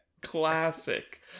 Classic